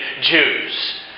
Jews